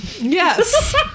Yes